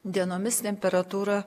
dienomis temperatūra